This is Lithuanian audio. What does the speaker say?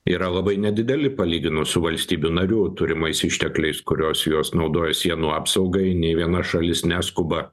yra labai nedideli palyginus su valstybių narių turimais ištekliais kurios juos naudoja sienų apsaugai nei viena šalis neskuba